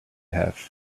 have